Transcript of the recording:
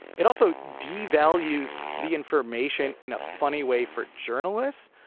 it also devalues the information in a funny way for journalists.